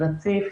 רציף